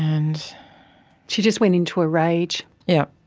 and she just went into a rage. yeah